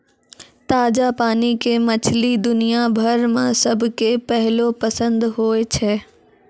ताजा पानी के मछली दुनिया भर मॅ सबके पहलो पसंद होय छै